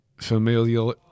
familiar